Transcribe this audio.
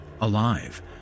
alive